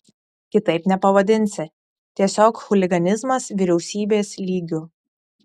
kitaip nepavadinsi tiesiog chuliganizmas vyriausybės lygiu